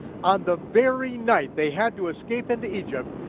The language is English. on the very night they had to escape into egypt,